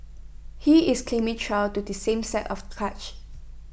he is claiming trial to the same set of charges